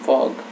Fog